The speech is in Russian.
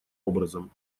образом